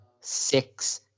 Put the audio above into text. six